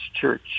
church